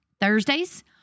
Thursdays